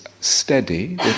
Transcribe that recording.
steady